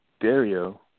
Dario